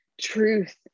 truth